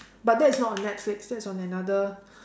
but that's not on netflix that's on another